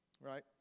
right